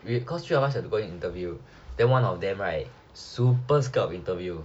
we cause three of us have to go for interview then one of them right super scared of interview